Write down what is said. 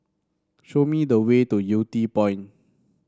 show me the way to Yew Tee Point